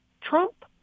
Trump